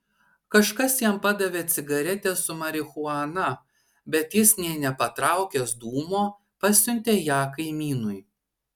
kažkas jam padavė cigaretę su marihuana bet jis nė nepatraukęs dūmo pasiuntė ją kaimynui